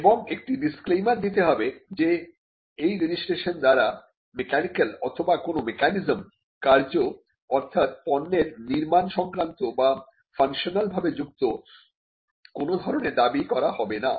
এবং একটি ডিসক্লেইমার দিতে হবে যে এই রেজিস্ট্রেশন দ্বারা মেকানিক্যাল অথবা কোন মেকানিজম কার্য অর্থাৎ পণ্যের নির্মাণ সংক্রান্ত বা ফাংশনাল ভাবে যুক্ত কোন ধরনের দাবী করা হবে না